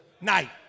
night